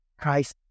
Christ